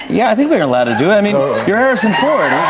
yeah i think we're allowed to do it, i mean you're harrison ford